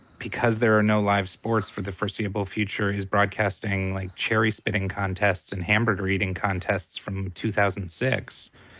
because there are no live sports for the foreseeable future, who's broadcasting, like, cherry spitting contests and hamburger eating contests from two thousand and six.